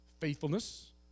faithfulness